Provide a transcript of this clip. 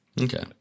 Okay